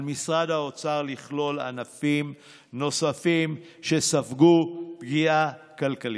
על משרד האוצר לכלול ענפים נוספים שספגו פגיעה כלכלית.